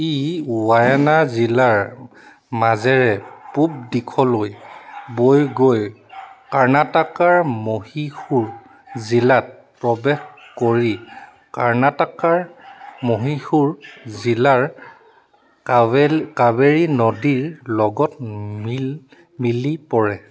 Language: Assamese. ই ৱায়ানা জিলাৰ মাজেৰে পূব দিশলৈ বৈ গৈ কৰ্ণাটকৰ মহীশূৰ জিলাত প্ৰৱেশ কৰি কৰ্ণাটকৰ মহীশূৰ জিলাৰ কাৱেল কাবেৰী নদীৰ লগত মিল মিলি পৰে